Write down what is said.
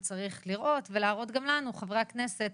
הוא צריך לראות ולהראות גם לנו חברי הכנסת,